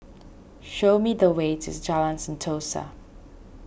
show me the way to Jalan Sentosa